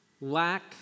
lack